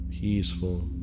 peaceful